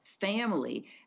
family